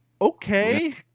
Okay